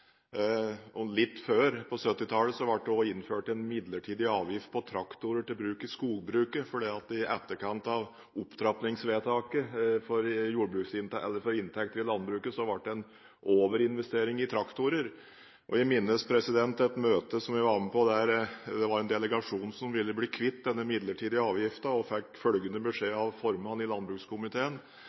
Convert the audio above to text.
Litt før på 1970-tallet ble det også innført en midlertidig avgift på traktorer til bruk i skogbruket. I etterkant av opptrappingsvedtaket for inntekter i landbruket var det en overinvestering i traktorer, og jeg minnes at i et møte som jeg var med på, var det en delegasjon som ville bli kvitt denne midlertidige avgiften. De fikk følgende beskjed av formannen i landbrukskomiteen: